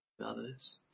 others